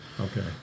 okay